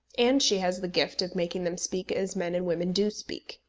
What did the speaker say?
and she has the gift of making them speak as men and women do speak.